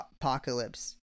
apocalypse